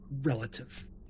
relative